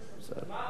אבל יש הצעה אחרת.